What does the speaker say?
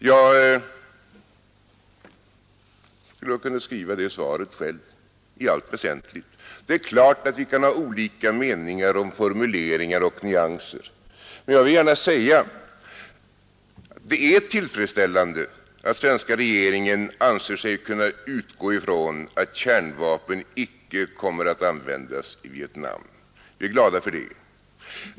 Jag skulle i allt väsentligt ha kunnat skriva det svaret själv. Självfallet kan vi ha olika meningar om formuleringar och nyanser, men jag vill gärna säga följande. Det är tillfredsställande att svenska regeringen anser sig kunna utgå från att kärnvapen icke kommer att användas i Vietnam. Vi är glada för det.